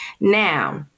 Now